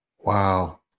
Wow